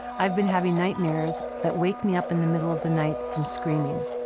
i've been having nightmares that wake me up in the middle of the night from screaming.